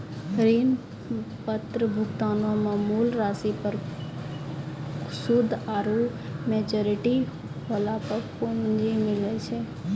ऋण पत्र भुगतानो मे मूल राशि पर सूद आरु मेच्योरिटी होला पे पूंजी मिलै छै